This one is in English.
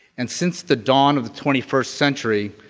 and since the dawn of the twenty first century,